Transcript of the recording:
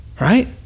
Right